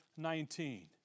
19